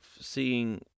seeing